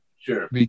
Sure